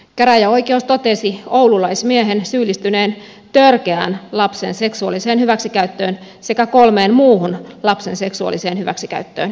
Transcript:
käräjäoikeus totesi oululaismiehen syyllistyneen törkeään lapsen seksuaaliseen hyväksikäyttöön sekä kolmeen muuhun lapsen seksuaaliseen hyväksikäyttöön